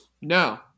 No